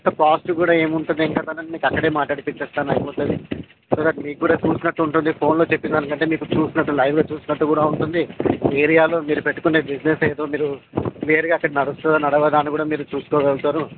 sir cost కూడా ఏముంటది ఏం కట్టాలి అని కూడా మీకు అక్కడే మాట్లాడిపిచ్చేస్తాను అయిపోతుంది సార్ మీకు కూడా చూసినట్టు ఉంటుంది ఫోన్లో చెప్పిన దానికంటే మీకు చూసినట్టు లైవ్లో చూసినట్టు కూడా ఉంటుంది ఏరియాలో మీరు పెట్టుకునే బిసినెస్ ఏదో మీరు క్లియర్గా అక్కడ నడుస్తుందా నడవదా అని కూడా మీరు చూసుకోగలుగుతారు